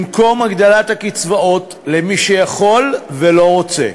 במקום הגדלת הקצבאות למי שיכול ולא רוצה.